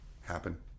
happen